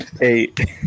Eight